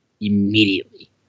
immediately